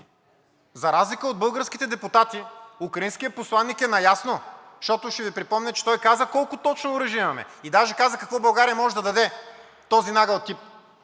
за разлика от българските депутати, украинският посланик е наясно. Ще Ви припомня, че той каза колко точно оръжия имаме и даже каза какво България може да даде – този нагъл тип!